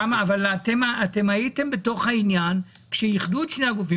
אבל אתם הייתם בתוך העניין כשאיחדו את שני הגופים,